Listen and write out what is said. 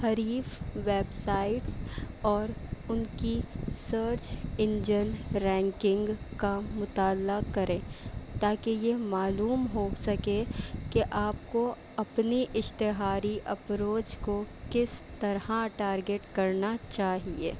حریف ویبسائٹس اور ان کی سرچ انجن رینکنگ کا مطالعہ کریں تاکہ یہ معلوم ہو سکے کہ آپ کو اپنی اشتہاری اپروچ کو کس طرح ٹارگیٹ کرنا چاہیے